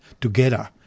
together